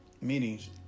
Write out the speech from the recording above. meetings